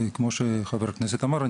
וכפי שחבר הכנסת אמר,